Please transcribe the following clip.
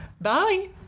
Bye